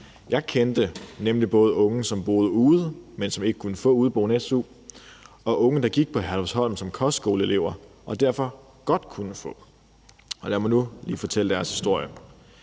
Jeg kendte nemlig både unge, som boede ude, men som ikke kunne få udeboende su, og unge, der gik på Herlufsholm som kostskoleelever, og derfor godt kunne få udeboende su. Og lad mig nu lige fortælle deres historier.